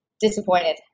disappointed